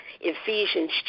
ephesians